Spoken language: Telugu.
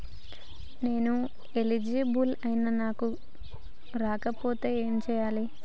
నేను ఎలిజిబుల్ ఐనా కూడా నాకు రాకపోతే ఏం చేయాలి?